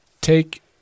Take